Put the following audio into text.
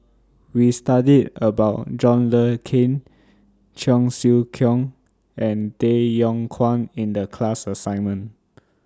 We studied about John Le Cain Cheong Siew Keong and Tay Yong Kwang in The class assignment